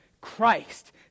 Christ